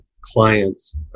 clients